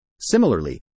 Similarly